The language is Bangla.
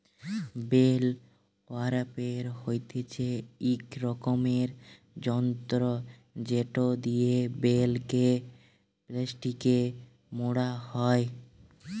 বেল ওরাপের হতিছে ইক রকমের যন্ত্র জেটো দিয়া বেল কে প্লাস্টিকে মোড়া হই